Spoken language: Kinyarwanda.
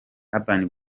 urban